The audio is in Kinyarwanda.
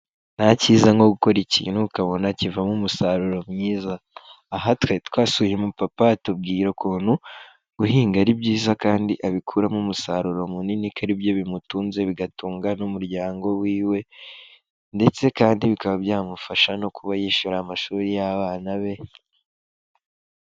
Nta cyiza nko gukora ikintu ukabona kivamo umusaruro mwiza, aha twari twasuye umupapa atubwira ukuntu guhinga ari byiza kandi abikuramo umusaruro munini ko ari byo bimutunze bigatunga n'umuryango wiwe, ndetse kandi bikaba byamufasha no kuba yishyura amashuri y'abana be.